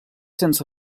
sense